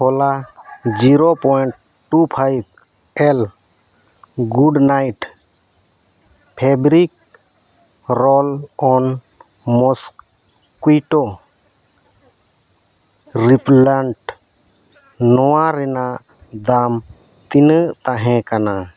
ᱦᱚᱞᱟ zero point two five L good night fabric roll on mosquito repellent ᱱᱚᱣᱟ ᱨᱮᱱᱟᱜ ᱫᱟᱢ ᱛᱤᱱᱟᱹᱜ ᱛᱟᱦᱮᱸᱠᱟᱱᱟ